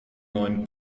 neuen